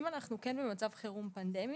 אם אנחנו במצב חירום פנדמי,